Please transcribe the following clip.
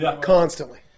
constantly